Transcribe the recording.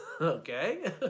okay